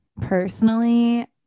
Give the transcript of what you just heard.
personally